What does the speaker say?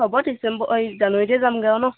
হ'ব ডিচেম্বৰ এই জানুৱাৰীতে যাম গৈ আৰু ন